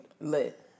lit